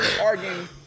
arguing